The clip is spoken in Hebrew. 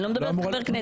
אני לא מדברת כחבר כנסת.